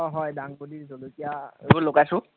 অঁ হয় দাংবডী জলকীয়া এইবোৰ লগাইছোঁ